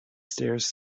stairs